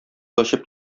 ачып